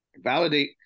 validate